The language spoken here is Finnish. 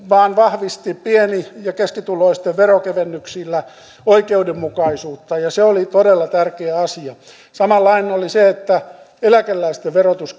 vaan vahvisti pieni ja keskituloisten veronkevennyksillä oikeudenmukaisuutta ja se oli todella tärkeä asia samanlainen oli se että eläkeläisten verotus